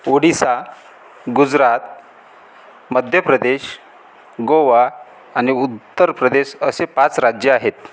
ओडिसा गुजरात मध्य प्रदेश गोवा आणि उद उत्तर प्रदेश असे पाच राज्य आहेत